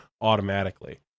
automatically